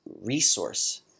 resource